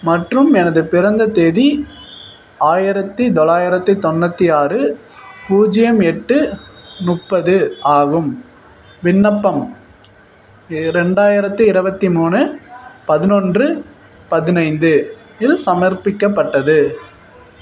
மற்றும் எனது பிறந்த தேதி ஆயிரத்தி தொள்ளாயிரத்தி தொண்ணூற்றி ஆறு பூஜ்ஜியம் எட்டு முப்பது ஆகும் விண்ணப்பம் இரண்டாயிரத்தி இருபத்தி மூணு பதினொன்று பதினைந்து இல் சமர்ப்பிக்கப்பட்டது